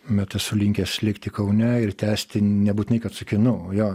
bet esu linkęs likti kaune ir tęsti nebūtinai kad su kinu jo